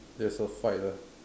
there's a fight ah